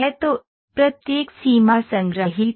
तो प्रत्येक सीमा संग्रहीत है